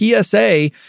PSA